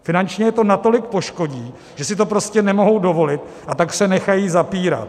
Finančně je to natolik poškodí, že si to prostě nemohou dovolit, a tak se nechají zapírat.